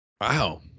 wow